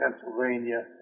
Pennsylvania